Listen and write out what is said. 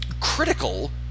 critical